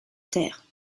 taire